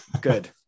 good